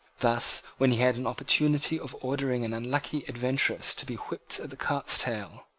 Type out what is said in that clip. thus, when he had an opportunity of ordering an unlucky adventuress to be whipped at the cart's tail,